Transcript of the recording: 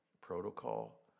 protocol